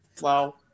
Wow